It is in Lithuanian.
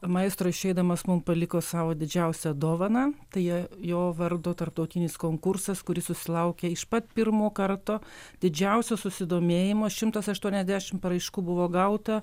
maestro išeidamas mum paliko savo didžiausią dovaną tai jo vardo tarptautinis konkursas kuris susilaukė iš pat pirmo karto didžiausio susidomėjimo šimtas aštuoniasdešim paraiškų buvo gauta